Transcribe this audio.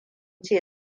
ce